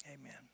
amen